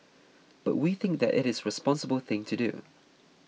but we think that it is the responsible thing to do